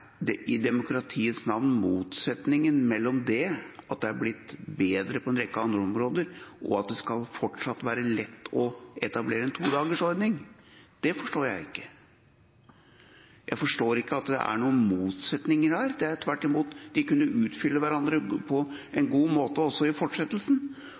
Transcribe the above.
er i demokratiets navn motsetningen mellom at det har blitt bedre på en rekke andre områder og at det fortsatt skal være lett å etablere en todagersordning? Det forstår jeg ikke. Jeg forstår ikke at det er noen motsetning der. Tvert imot kunne dette utfylle hverandre på